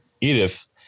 Edith